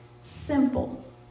Simple